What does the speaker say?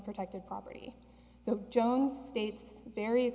protected property so jones states very